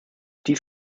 dies